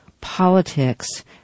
politics